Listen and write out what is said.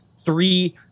Three